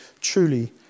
truly